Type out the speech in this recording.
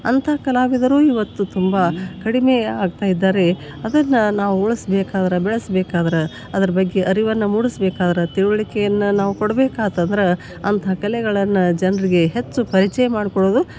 ಅಂತ ಕಲಾವಿದರು ಇವತ್ತು ತುಂಬ ಕಡಿಮೆ ಆಗ್ತಾಯಿದ್ದಾರೆ ಅದನ್ನು ನಾವು ಉಳ್ಸ್ಬೇಕಾದ್ರೆ ಬೆಳ್ಸ್ಬೇಕಾದ್ರೆ ಅದ್ರ ಬಗ್ಗೆ ಅರಿವನ್ನು ಮೂಡಿಸ್ಬೇಕಾದರೆ ತಿಳ್ವಳಿಕೆಯನ್ನು ನಾವು ಕೊಡ್ಬೇಕಾತಂದ್ರ ಅಂತ ಕಲೆಗಳನ್ನು ಜನ್ರಿಗೆ ಹೆಚ್ಚು ಪರಿಚಯ ಮಾಡ್ಕೊಳ್ಳೋದು